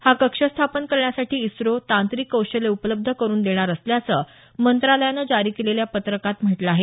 हा कक्ष स्थापन करण्यासाठी इस्रो तांत्रिक कौशल्य उपलब्ध करुन देणार असल्याचं मंत्रालयानं जारी केलेल्या पत्रकात म्हटलं आहे